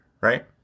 right